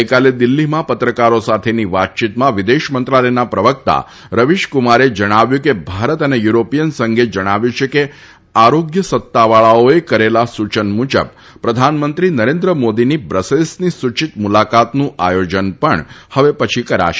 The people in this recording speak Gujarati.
ગઈકાલે દિલ્હીમાં પત્રકારો સાથેની વાતચીતમાં વિદેશ મંત્રાલયના પ્રવક્તા રવિશકુમારે જણાવ્યું છે કે ભારત અને યુરોપીયન સંઘે જણાવ્યું છે કે આરોગ્ય સત્તાવાળાઓએ કરેલા સૂચન મુજબ પ્રધાનમંત્રી નરેન્દ્ર મોદીની બ્રસેલ્સની સૂચિત મુલાકાતનું આયોજન પણ હવે પછી કરાશે